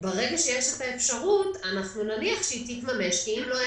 ברגע שיש אפשרות אנחנו נניח שהיא תתממש כי אם לא,